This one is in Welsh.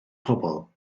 pobl